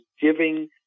giving